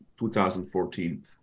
2014